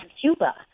Cuba